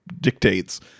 dictates